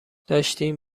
داشتین